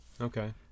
Okay